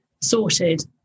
sorted